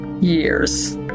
years